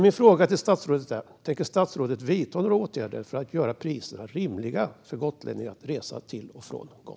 Min fråga till statsrådet är: Tänker statsrådet vidta några åtgärder för att göra priserna för att resa till och från Gotland rimliga för gotlänningar?